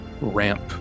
ramp